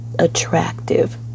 attractive